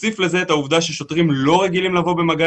נוסיף לזה את העובדה ששוטרים לא רגילים לבוא במגע